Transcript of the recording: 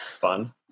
fun